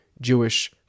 Jewish